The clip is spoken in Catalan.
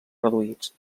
reduïts